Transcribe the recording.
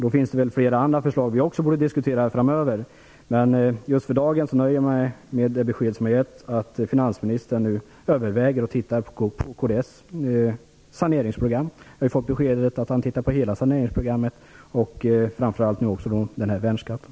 Då finns det flera andra förslag som vi också borde diskutera framöver. Just för dagen nöjer jag mig dock med det besked som har getts, dvs. att finansministern nu tittar på och överväger kds saneringsprogram - vi har ju fått beskedet att han tittar på hela saneringsprogrammet - och framför allt den här värnskatten.